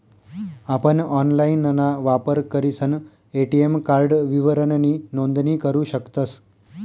आपण ऑनलाइनना वापर करीसन ए.टी.एम कार्ड विवरणनी नोंदणी करू शकतस